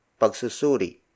Pagsusuri